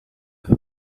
who